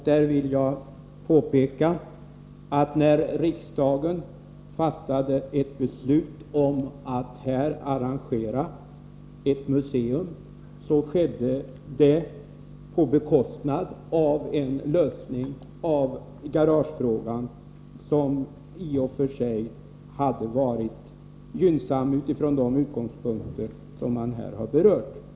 Jag vill påpeka att när riksdagen fattade ett beslut om att här arrangera ett museum, så skedde det på bekostnad av en lösning av garagefrågan som i och för sig hade varit gynnsam utifrån de utgångspunkter som här har berörts.